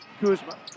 Kuzma